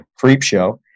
Creepshow